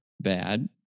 bad